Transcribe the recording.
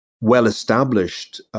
well-established